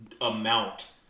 amount